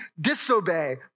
disobey